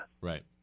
Right